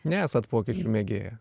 nesat pokyčių mėgėja